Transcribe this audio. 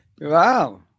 wow